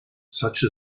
such